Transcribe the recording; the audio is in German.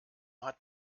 hat